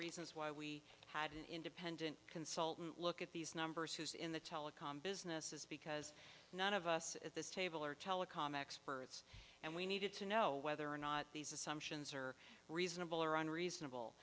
reasons why we had an independent consultant look at these numbers who's in the telecom business is because none of us at this table are telecom experts and we needed to know whether or not these assumptions are reasonable or unreasonable